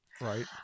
Right